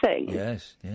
Yes